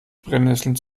brennesseln